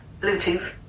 Bluetooth